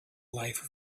life